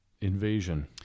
Invasion